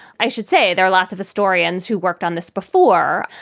i should say there are lots of historians who worked on this before,